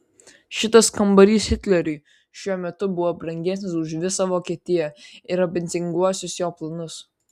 šitas kambarys hitleriui šiuo metu buvo brangesnis už visą vokietiją ir ambicinguosius jo planus